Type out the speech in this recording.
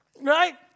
Right